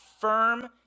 firm